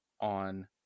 on